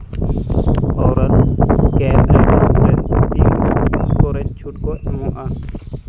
oral ᱠᱮᱭᱟᱨ ᱟᱭᱴᱮᱢ ᱨᱮ ᱛᱤᱱ ᱠᱚᱨᱮ ᱪᱷᱩᱴ ᱠᱚ ᱮᱢᱚᱜᱼᱟ